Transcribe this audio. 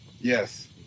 Yes